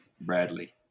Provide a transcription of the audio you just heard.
Bradley